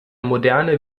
moderne